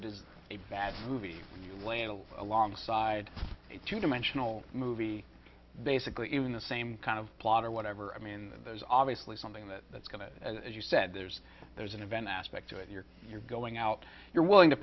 it is a bad movie you label alongside a two dimensional movie basically in the same kind of plot or whatever i mean there's obviously something that that's going to as you said there's there's an event aspect to it you're you're going out you're willing to